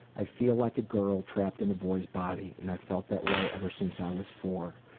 i feel like a girl trapped in a boys body and i've felt that way ever since i was four.